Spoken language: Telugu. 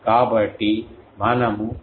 కాబట్టి మనము అన్నింటినీ చూశాము